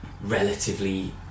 relatively